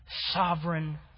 Sovereign